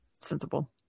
sensible